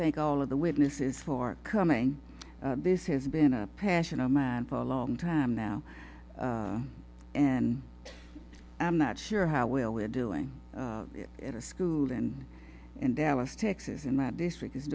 thank all of the witnesses for coming this has been a passion of mine for a long time now and i'm not sure how well we're doing in her school and in dallas texas in my district is